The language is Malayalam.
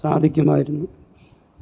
സാധിക്കുമായിരുന്നു